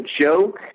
joke